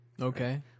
Okay